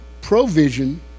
provision